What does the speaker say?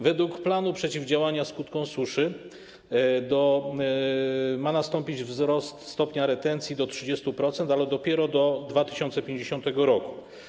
Według planu przeciwdziałania skutkom suszy ma nastąpić wzrost stopnia retencji do 30%, ale dopiero do 2050 r.